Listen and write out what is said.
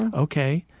ok?